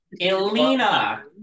Elena